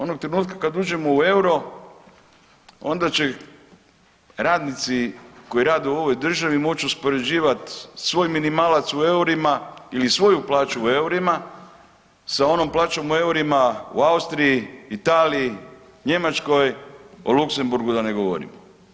Onog trenutka kad uđemo u euro onda će radnici koji rade u ovoj državi moći uspoređivati svoj minimalac u eurima ili svoju plaću u eurima sa onom plaćom u eurima u Austriji, Italiji, Njemačkoj, o Luxembourgu da ne govorimo.